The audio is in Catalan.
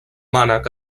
mànec